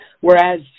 whereas